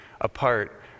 apart